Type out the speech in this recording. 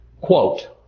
Quote